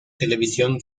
televisión